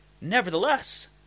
Nevertheless